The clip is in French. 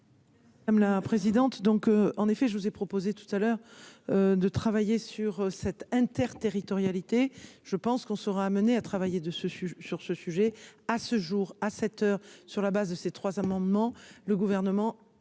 Madame la présidente, donc en effet, je vous ai proposé tout à l'heure de travailler sur cette Inter'territorialité, je pense qu'on sera amené à travailler de ce sujet sur ce sujet, à ce jour à sept heures sur la base de ces trois amendements le gouvernement